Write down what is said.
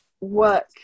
work